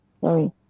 Sorry